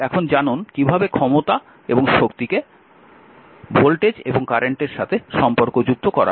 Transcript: এখন জানুন কীভাবে ক্ষমতা এবং শক্তিকে ভোল্টেজ এবং কারেন্টের সাথে সম্পর্কযুক্ত করা হয়